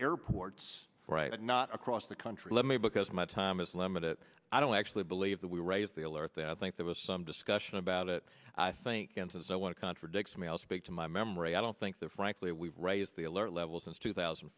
airports not across the country let me because my time is limited i don't actually believe that we raise the alert that i think there was some discussion about it i think kansas i want to contradict me i'll speak to my memory i don't think that frankly we've raised the alert level since two thousand